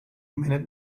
minute